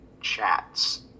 chats